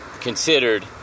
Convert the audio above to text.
considered